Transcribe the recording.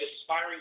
aspiring